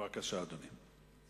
בבקשה, אדוני.